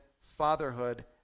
fatherhood